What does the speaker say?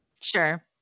Sure